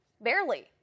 Barely